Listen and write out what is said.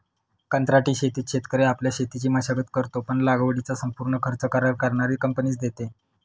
कंत्राटी शेतीत शेतकरी आपल्या शेतीची मशागत करतो, पण लागवडीचा संपूर्ण खर्च करार करणारी कंपनीच देते